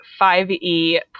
5e